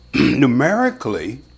numerically